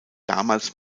damals